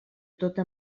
tota